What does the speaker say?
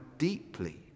deeply